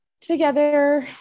together